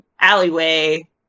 alleyway